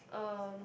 um